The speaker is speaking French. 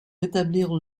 rétablir